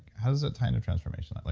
how does it tie into transformation, like